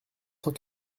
cent